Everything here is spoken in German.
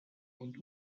und